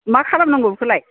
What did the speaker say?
मा खालामनांगौ बेखौलाय